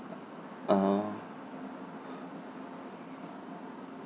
orh